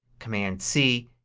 command c,